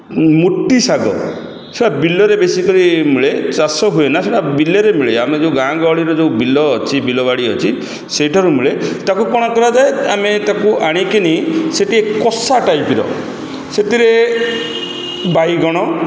ମୁଟି ଶାଗ ସେଇଟା ବିଲରେ ବେଶୀ କରି ମିଳେ ଚାଷ ହୁଏ ନା ସେଇଟା ବିଲରେ ମିଳେ ଆମର ଯେଉଁ ଗାଁ ଗହଳିର ଯେଉଁ ବିଲ ଅଛି ବିଲବାଡ଼ି ଅଛି ସେହିଠାରୁ ମିଳେ ତାକୁ କ'ଣ କରାଯାଏ ଆମେ ତାକୁ ଆଣିକିନି ସେଠି କଷା ଟାଇପ୍ର ସେଥିରେ ବାଇଗଣ